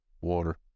water